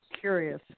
curious